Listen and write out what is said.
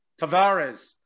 Tavares